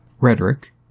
Rhetoric